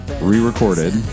re-recorded